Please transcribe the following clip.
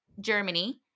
Germany